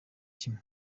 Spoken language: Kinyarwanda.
kimwe